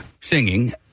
singing